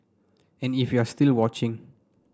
and if you're still watching